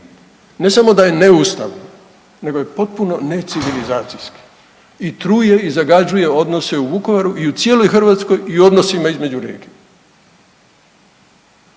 ne samo da je neustavno nego je potpuno ne civilizacijski i truje i zagađuje odnose u Vukovaru i u cijeloj Hrvatskoj i u odnosima između regija.